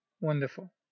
wonderful